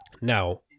now